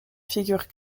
figure